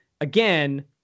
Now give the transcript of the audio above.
again